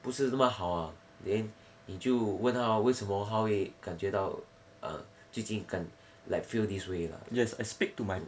不是那么好啊 then 你就问他咯为什么他会感觉到最今感 like feel this way lah